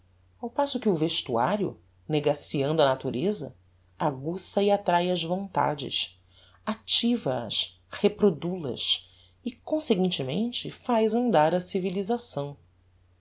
ao passo que o vestuario negaceando a natureza aguça e attráe as vontades activa as reprodul as e conseguintemente faz andar a civilisação